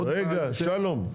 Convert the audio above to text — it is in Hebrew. רגע שלום,